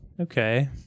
okay